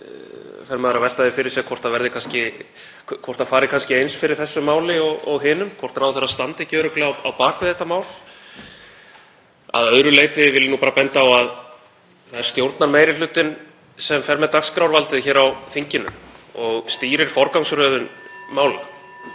maður að velta því fyrir sér hvort það fari kannski eins fyrir þessu máli og hinum, hvort ráðherra standi ekki örugglega á bak við þetta mál. Að öðru leyti vil ég bara benda á að það er stjórnarmeirihlutinn sem fer með dagskrárvaldið hér á þinginu og stýrir (Forseti